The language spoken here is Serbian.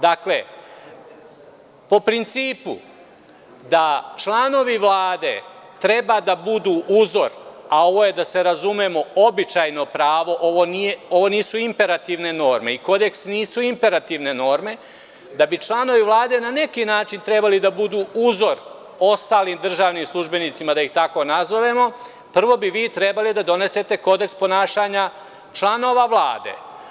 Dakle, po principu da članovi Vlade treba da budu uzor, a ovo je da se razumemo običajno pravo, ovo nisu imperativne norme i kodeks nisu imperativne norme da bi članovi Vlade na neki način trebali da budu uzor ostalim državnim službenicima, da ih tako nazovemo, prvo bi vi trebali da donesete kodeks ponašanja članova Vlade.